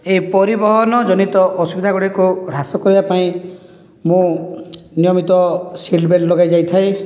ଏହି ପରିବହନ ଜନିତ ଅସୁବିଧା ଗୁଡ଼ିକୁ ହ୍ରାସ କରିବା ପାଇଁ ମୁଁ ନିୟମିତ ସିଟ୍ ବେଲ୍ଟ ଲଗାଇ ଯାଇଥାଏ